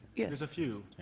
yeah there's a few.